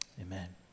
amen